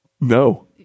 No